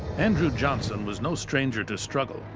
andrew johnson was no stranger to struggle.